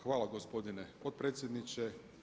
Hvala gospodine potpredsjedniče.